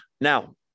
Now